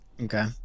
Okay